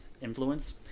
influence